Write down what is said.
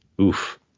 oof